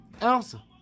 Elsa